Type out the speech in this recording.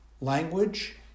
language